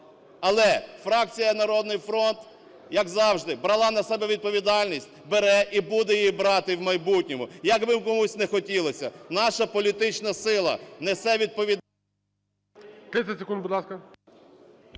Але фракція "Народний фронт", як завжди, брала на себе відповідальність, бере і буде її брати в майбутньому, як би комусь не хотілося, наша політична сила несе відповідальність…